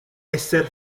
esser